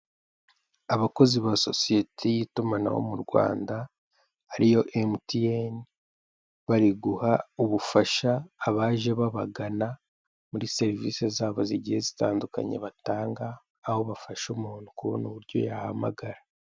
Abakozi ba sosiyete y'itumanaho mu Rwanda ariyo MTN, bari guha ubufasha abaje babagana muri serivisi zabo zigiye zitandukanye batanga, aho bafasha umuntu kubona uburyo yahamagara.